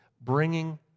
bringing